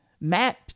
map